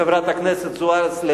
חברת הכנסת זוארץ,